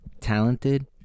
talented